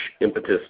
impetus